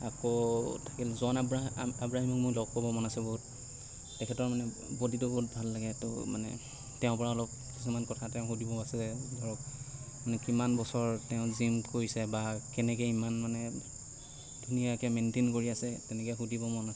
আকৌ থাকিল জন আব্ৰাহিমক মোৰ লগ পাব মন আছে বহুত তেখেতৰ মানে বডিটো বহুত ভাল লাগে ত' মানে তেওঁৰ পৰা অলপ কিছুমান কথা তেওঁক সুধিব আছে ধৰক মানে কিমান বছৰ তেওঁ জীম কৰিছে বা কেনেকৈ ইমান মানে ধুনীয়াকৈ মেইনটেইন কৰি আছে তেনেকৈ সুধিব মন আছে